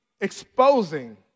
exposing